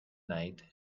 night